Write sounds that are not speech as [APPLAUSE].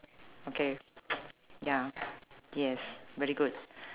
okay [NOISE] ya yes very good